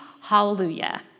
Hallelujah